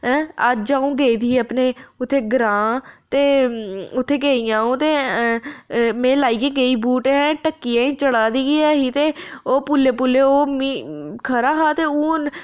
ऐं अज्ज अ'ऊं गेदी ही अपने उत्थै ग्रांऽ ते अ उत्थै गेई अ'ऊं ते अ में लाइयै गेई बूट ढक्की अजें चढ़ा दी गै है ही ते ओह् पुल्ले पुल्ले मीं खरा हा ते हून